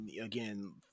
again